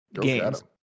games